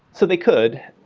so they could.